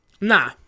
Nah